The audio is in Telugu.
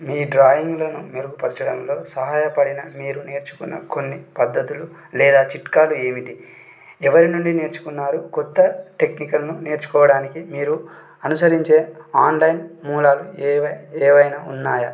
నీ డ్రాయింగ్లను మెరుగుపరచడంలో సహాయపడిన మీరు నేర్చుకున్న కొన్ని పద్ధతులు లేదా చిట్కాలు ఏమిటి ఎవరి నుండి నేర్చుకున్నారు కొత్త టెక్నికల్ను నేర్చుకోవడానికి మీరు అనుసరించే ఆన్లైన్ మూలాలు ఏవై ఏవైనా ఉన్నాయా